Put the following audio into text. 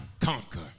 conquer